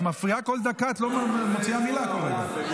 את מפריעה, את מוציאה מילה כל רגע.